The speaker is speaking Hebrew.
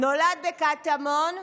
נולד בקטמון,